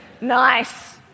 Nice